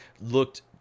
looked